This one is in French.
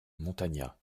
montagnat